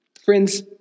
Friends